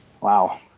Wow